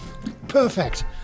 Perfect